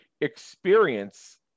experience